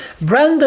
Brandon